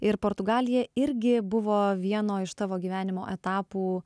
ir portugalija irgi buvo vieno iš tavo gyvenimo etapų